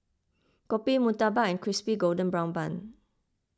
Kopi Murtabak and Crispy Golden Brown Bun